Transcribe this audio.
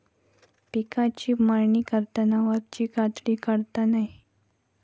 पिकाची मळणी करताना वरची कातडी काढता नये